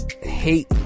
hate